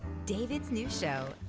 david's new show,